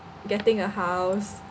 getting a house